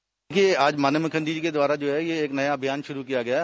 bite र ये आज माननीय मुख्यमंत्री जी के द्वारा जो है यह एक नया अभियान शुरू किया गया है